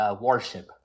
warship